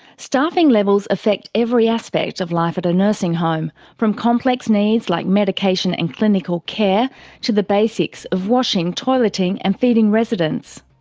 staffing levels affect every aspect of life at a nursing home, from complex needs like medication and clinical care to the basics of washing, toileting and feeding residents.